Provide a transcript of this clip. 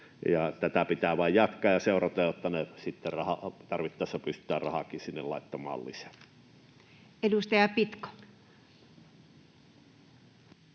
Tätä pitää vain jatkaa ja seurata, jotta tarvittaessa pystytään rahaakin sinne laittamaan lisää. Edustaja Pitko.